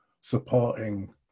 supporting